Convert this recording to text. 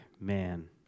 man